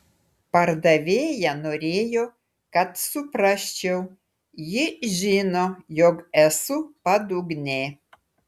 pardavėja norėjo kad suprasčiau ji žino jog esu padugnė